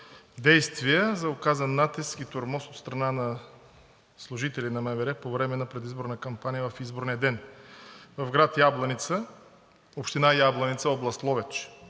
действия за оказан натиск и тормоз от страна на МВР по време на предизборната кампания и в изборния ден. В град Ябланица, община Ябланица, област Ловеч,